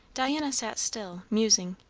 diana sat still, musing.